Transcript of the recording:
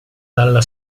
dalla